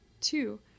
two